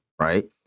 right